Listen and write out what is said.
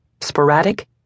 sporadic